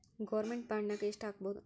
Government ಬಾಂಡ್ನಾಗ್ ಯೆಷ್ಟ್ ಹಾಕ್ಬೊದು?